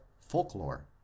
folklore